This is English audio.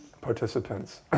participants